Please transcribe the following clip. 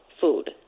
food